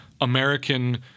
American